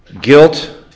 Guilt